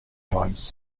times